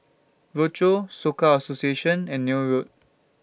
Rochor Soka Association and Neil Road